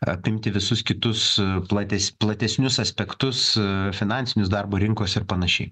apimti visus kitus plates platesnius aspektus finansinius darbo rinkos ir panašiai